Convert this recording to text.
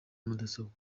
mudasobwa